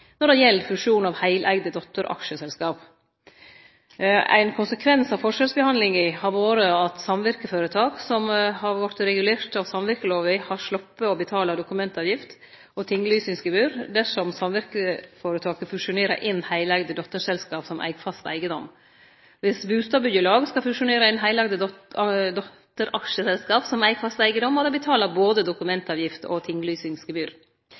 når det gjeld fusjon av heileigde dotteraksjeselskap. Ein konsekvens av forskjellsbehandlinga har vore at samvirkeføretak som har vorte regulerte av samvirkelova, har sloppe å betale dokumentavgift og tinglysingsgebyr dersom samvirkeføretaket fusjonerer inn heileigde dotteraksjeselskap som eig fast eigedom. Viss bustadbyggjelag skal fusjonere inn heleigde dotteraksjeselskap som eig fast eigedom, må dei betale både dokumentavgift og tinglysingsgebyr.